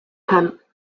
kent